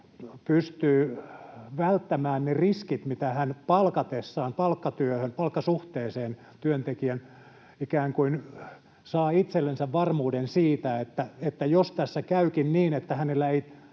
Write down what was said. pystyy välttämään ne riskit, mitä tulee, kun palkkaa palkkasuhteeseen työntekijän. Hän ikään kuin saa itsellensä varmuuden siitä, että jos tässä käykin niin, että hänellä ei